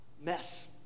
mess